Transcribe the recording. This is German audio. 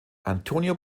antonio